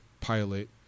pilot